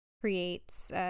creates